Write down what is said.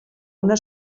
una